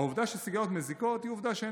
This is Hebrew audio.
העובדה שסיגריות מזיקות היא עובדה שאין